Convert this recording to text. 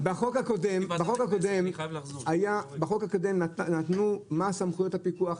בחוק הקודם נתנו מה סמכויות הפיקוח,